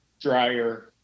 drier